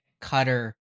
Cutter